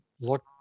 look